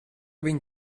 viņa